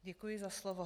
Děkuji za slovo.